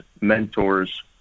mentors